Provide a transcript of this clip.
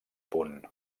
punt